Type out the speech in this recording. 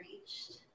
reached